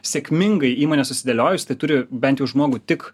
sėkmingai įmonė susidėliojus tai turi bent jau žmogų tik